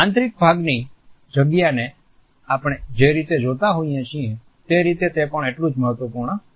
આંતરિક ભાગની જગ્યાને આપણે જે રીતે જોતા હોઈએ છીએ તે રીતે તે પણ એટલું જ મહત્વપૂર્ણ છે